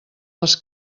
les